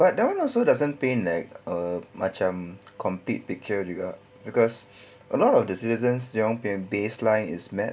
but that [one] also doesn't paint like err macam compete picture juga cause a lot of the citizens dorang punya baseline is met